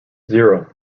zero